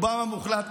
ורובם המוחלט,